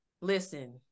Listen